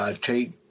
Take